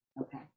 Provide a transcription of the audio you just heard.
Okay